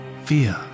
fear